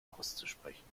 auszusprechen